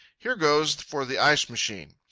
here goes for the ice-machine!